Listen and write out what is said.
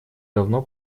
давно